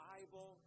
Bible